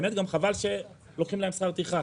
באמת גם חבל שלוקחים להם שכר טרחה,